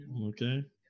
Okay